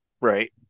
Right